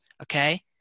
Okay